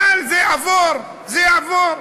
קל, זה יעבור, זה יעבור.